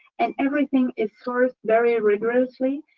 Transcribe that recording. and everything is sourced very rigorously,